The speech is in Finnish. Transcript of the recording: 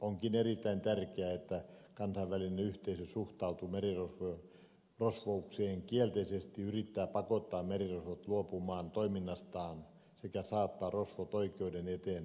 onkin erittäin tärkeää että kansainvälinen yhteisö suhtautuu merirosvoukseen kielteisesti yrittää pakottaa merirosvot luopumaan toiminnastaan sekä saattaa rosvot oikeuden eteen tuomioistuimeen